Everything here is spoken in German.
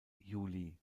juli